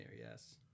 yes